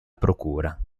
procura